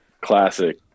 classic